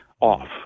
off